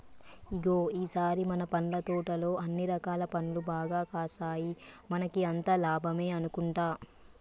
ఇగో ఈ సారి మన పండ్ల తోటలో అన్ని రకాల పండ్లు బాగా కాసాయి మనకి అంతా లాభమే అనుకుంటా